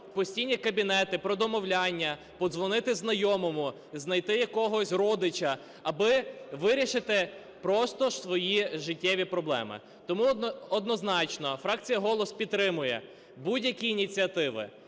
постійні кабінети, про домовляння, подзвонити знайомому, знайти якогось родича, аби вирішити просто свої життєві проблеми. Тому однозначно фракція "Голос" підтримує будь-які ініціативи,